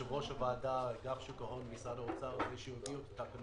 אגף שוק ההון במשרד האוצר על זה שהוא הביא את התקנות.